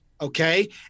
okay